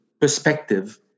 perspective